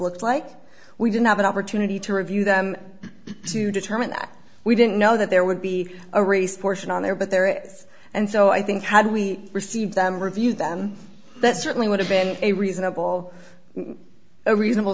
looked like we didn't have an opportunity to review them to determine that we didn't know that there would be a race portion on there but there is and so i think had we received them review them that certainly would have been a reasonable a reasonable